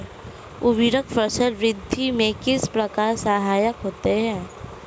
उर्वरक फसल वृद्धि में किस प्रकार सहायक होते हैं?